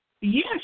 Yes